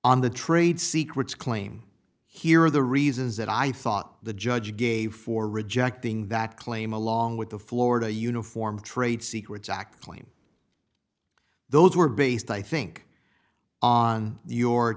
on the trade secrets claim here are the reasons that i thought the judge gave for rejecting that claim along with the florida uniform trade secrets act claim those were based i think on your